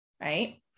right